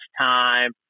time